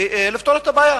ולפתור את הבעיה?